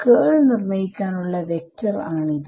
കേൾ നിർണ്ണയിക്കാനുള്ള വെക്ടർ ആണിത്